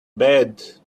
bad